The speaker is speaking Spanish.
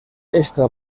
esta